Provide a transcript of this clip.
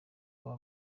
baba